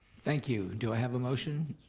thank you. do i have a motion?